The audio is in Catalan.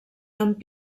amb